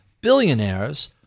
billionaires